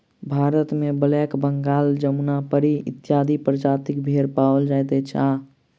भारतमे ब्लैक बंगाल, जमुनापरी इत्यादि प्रजातिक भेंड़ पाओल जाइत अछि आ